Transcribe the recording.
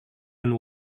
and